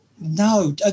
no